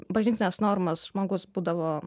bažnytines normas žmogus būdavo